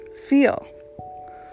feel